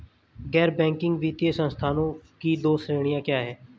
गैर बैंकिंग वित्तीय संस्थानों की दो श्रेणियाँ क्या हैं?